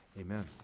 Amen